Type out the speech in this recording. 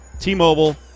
T-Mobile